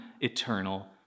eternal